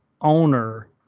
owner